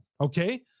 okay